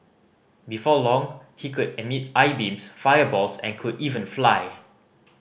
before long he could emit eye beams fireballs and could even fly